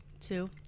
Two